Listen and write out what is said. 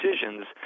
decisions